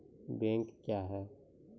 Bank क्या हैं?